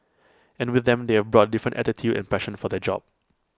and with them they have brought different attitude and passion for the job